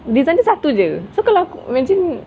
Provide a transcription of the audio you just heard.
design dia satu jer so kalau imagine